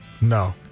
No